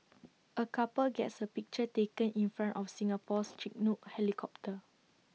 A couple gets A picture taken in front of Singapore's Chinook helicopter